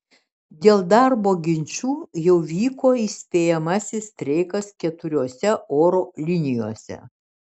dėl darbo ginčų jau vyko įspėjamasis streikas keturiose oro linijose